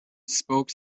spoke